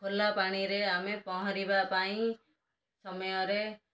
ଖୋଲା ପାଣିରେ ଆମେ ପହଁରିବା ପାଇଁ ସମୟରେ